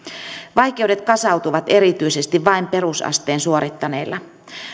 vaikeudet kasautuvat erityisesti vain perusasteen suorittaneille